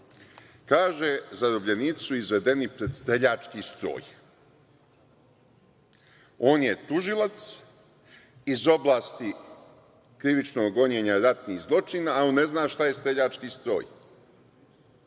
Kaže: „Zarobljenici su izvedeni pred streljački stroj“. On je tužilac iz oblasti krivičnog gonjenja, ratni zločin, ali ne zna šta je streljački stroj.